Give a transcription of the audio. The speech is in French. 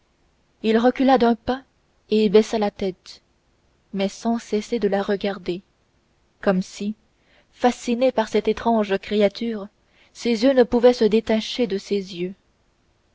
il recula d'un pas et baissa la tête mais sans cesser de la regarder comme si fasciné par cette étrange créature ses yeux ne pouvaient se détacher de ses yeux